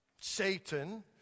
Satan